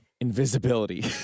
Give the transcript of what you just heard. invisibility